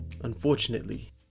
unfortunately